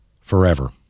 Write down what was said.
forever